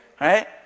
right